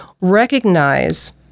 recognize